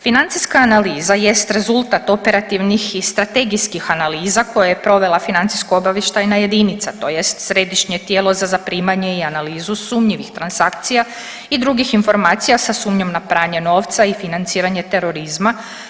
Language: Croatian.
Financijska analiza jest rezultat operativnih i strategijskih analiza koje je provela financijsko-obavještajna jedinica, tj. središnje tijelo za zaprimanje i analizu sumnjivih transakcija i drugih informacija sa sumnjom na pranje novca i financiranje terorizma.